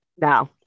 No